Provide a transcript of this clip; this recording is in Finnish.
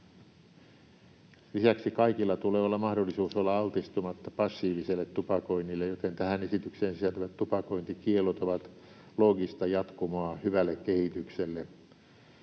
Lisäksi kaikilla tulee olla mahdollisuus olla altistumatta passiiviselle tupakoinnille, joten tähän esitykseen sisältyvät tupakointikiellot ovat loogista jatkumoa hyvälle kehitykselle.